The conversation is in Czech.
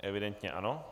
Evidentně ano.